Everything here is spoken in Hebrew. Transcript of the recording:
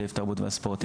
סעיף תרבות וספורט,